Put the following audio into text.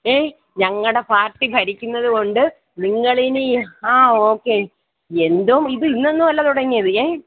ഏ ഞങ്ങളുടെ പാർട്ടി ഭരിക്കുന്നതു കൊണ്ട് നിങ്ങളിനി ആ ഓക്കെ എന്തോ ഇത് ഇന്നൊന്നുമല്ല തുടങ്ങിയത് ഏ